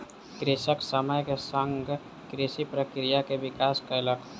कृषक समय के संग कृषि प्रक्रिया के विकास कयलक